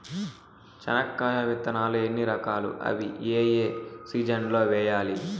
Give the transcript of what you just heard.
చెనక్కాయ విత్తనాలు ఎన్ని రకాలు? అవి ఏ ఏ సీజన్లలో వేయాలి?